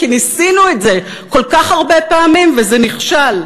כי ניסינו את זה כל כך הרבה פעמים וזה נכשל.